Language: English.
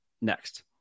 next